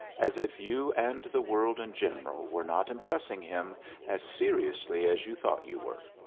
as if you and the world in general were not impressing him as seriously as you thought you were,